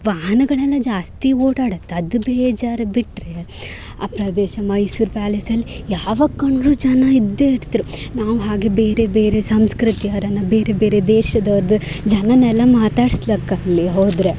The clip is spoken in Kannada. ವಾಹನಗಳೆಲ್ಲ ಜಾಸ್ತಿ ಓಡಾಡತ್ತೆ ಅದು ಬೇಜಾರು ಬಿಟ್ಟರೆ ಆ ಪ್ರದೇಶ ಮೈಸೂರು ಪ್ಯಾಲೇಸಲ್ಲಿ ಯಾವಾಗ ಕಂಡರೂ ಜನ ಇದ್ದೆ ಇರ್ತಾರೆ ನಾವು ಹಾಗೇ ಬೇರೆ ಬೇರೆ ಸಂಸ್ಕೃತಿಯವ್ರನ್ನು ಬೇರೆ ಬೇರೆ ದೇಶದವ್ರದ್ದು ಜನನೆಲ್ಲ ಮಾತಾಡ್ಸ್ಲಕ್ಕೆ ಅಲ್ಲಿ ಹೋದರೆ